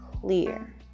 clear